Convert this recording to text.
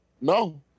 No